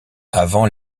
avant